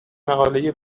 مقاله